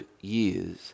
years